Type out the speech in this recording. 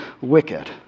wicked